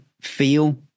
feel